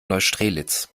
neustrelitz